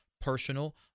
personal